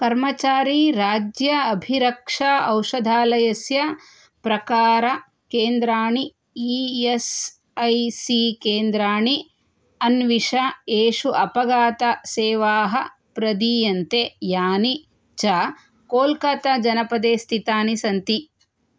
कर्मचारीराज्य अभिरक्षा औषधालयस्य प्रकारकेन्द्राणि ई एस् ऐ सी केन्द्राणि अन्विष येषु अपघातसेवाः प्रदीयन्ते यानि च कोल्कताजनपदे स्थितानि सन्ति